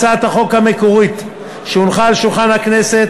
הצעת החוק המקורית שהונחה על שולחן הכנסת